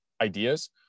ideas